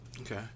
Okay